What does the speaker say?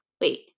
wait